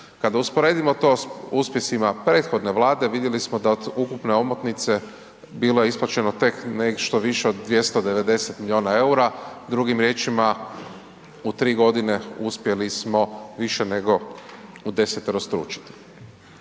Kada usporedimo to s uspjesima prethodne vlade, vidjeli smo da od ukupne omotnice bilo je isplaćeno tek nešto više od 290 milijuna eura, drugim riječima u tri godine uspjeli smo više nego udeseterostručiti.